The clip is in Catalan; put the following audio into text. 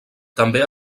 també